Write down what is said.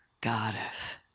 goddess